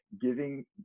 giving